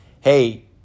hey